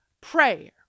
prayer